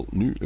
nu